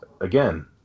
again